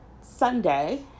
Sunday